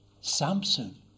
Samson